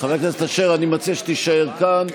אני מציע שתישאר כאן.